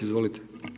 Izvolite.